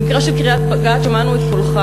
במקרה של קריית-גת שמענו את קולך.